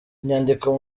inyandiko